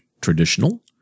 traditional